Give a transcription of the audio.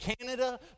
Canada